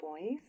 boys